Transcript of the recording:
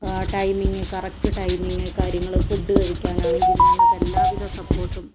timing correct timing കാര്യങ്ങള് food കഴിക്കാനാണെങ്കിലും എല്ലാവിധ സപ്പോർട്ടും